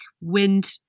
wind